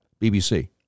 BBC